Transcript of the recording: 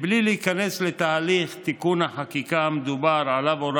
בלי להיכנס לתהליך תיקון החקיקה המדובר שעליו הורה